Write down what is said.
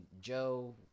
Joe